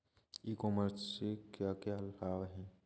ई commerce से क्या क्या लाभ हैं?